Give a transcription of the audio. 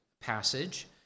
passage